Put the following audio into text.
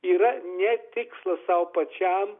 yra ne tikslas sau pačiam